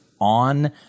on